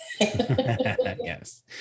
yes